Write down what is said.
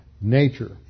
nature